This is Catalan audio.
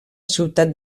ciutat